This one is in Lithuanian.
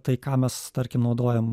tai ką mes tarkim naudojam